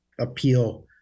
appeal